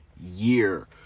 Year